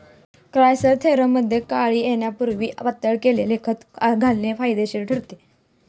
क्रायसॅन्थेमममध्ये कळी येण्यापूर्वी पातळ केलेले खत घालणे फायदेशीर ठरते